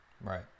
right